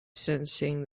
sensing